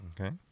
Okay